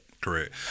Correct